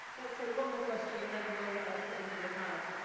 let's take one more question, and then we'll put them to the panel.